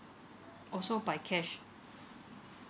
orh so by cash